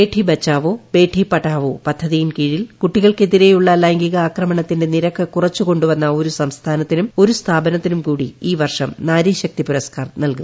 ബേഠി ബച്ചാവോ ബേഠി പഠാവോ പദ്ധതിയിൻ കീഴിൽ കുട്ടികൾക്കെതിരെയുള്ള ലൈംഗികാക്രമണത്തിന്റെ നിരക്ക് കുറച്ചുക്കൊണ്ടു വന്ന ഒരു സംസ്ഥാനത്തിനും ഒരു സ്ഥാപനത്തിനും കൂടി ഈ വർഷം നാരീശക്തി പുരസ്കാർ നൽകും